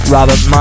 Robert